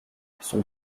son